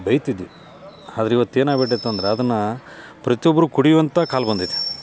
ಬೈಯ್ತಿದ್ವಿ ಆದ್ರೆ ಇವತ್ತು ಏನಾಗ್ಬಿಟೈತೆ ಅಂದ್ರೆ ಅದನ್ನು ಪ್ರತಿಯೊಬ್ರೂ ಕುಡಿಯುವಂಥ ಕಾಲ ಬಂದೈತಿ